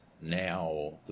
now